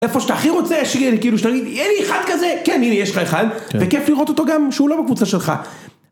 איפה שאתה הכי רוצה שתגיד לי אין לי אחד כזה כן הנה יש לך אחד וכיף לראות אותו גם שהוא לא בקבוצה שלך.